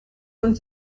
und